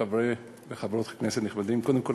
חברי וחברות הכנסת, אני קודם כול